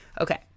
Okay